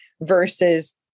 versus